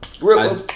Real